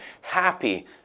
happy